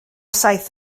saith